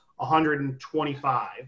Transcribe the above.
125